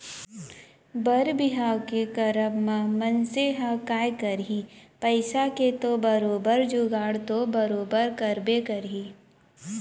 बर बिहाव के करब म मनसे ह काय करही पइसा के तो बरोबर जुगाड़ तो बरोबर करबे करही